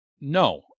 no